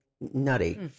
nutty